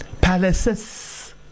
Palaces